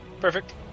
Perfect